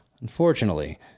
Unfortunately